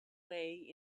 lay